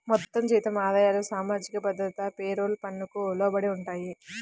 మొత్తం జీతం ఆదాయాలు సామాజిక భద్రత పేరోల్ పన్నుకు లోబడి ఉంటాయి